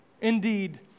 Indeed